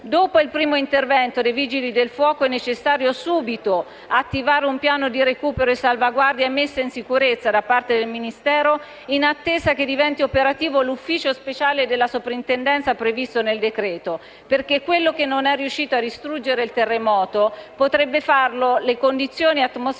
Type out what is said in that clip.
Dopo il primo intervento dei Vigili del fuoco è necessario subito attivare un piano di recupero, salvaguardia e messa in sicurezza da parte del Ministero, in attesa che diventi operativo l'ufficio speciale della sovrintendenza previsto nel decreto-legge, perché quello che non è riuscito a distruggere il terremoto, potrebbero farlo le condizioni atmosferiche